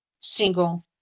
single